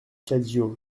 cadio